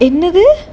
என்னது:ennathu